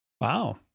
Wow